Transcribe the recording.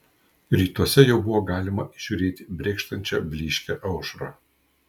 rytuose jau buvo galima įžiūrėti brėkštančią blyškią aušrą